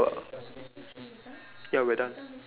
but there's nothing okay let's sto~ don't look at it don't look at it